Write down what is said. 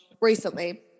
recently